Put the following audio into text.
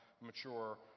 mature